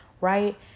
Right